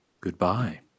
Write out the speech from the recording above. Goodbye